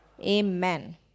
Amen